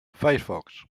firefox